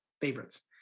favorites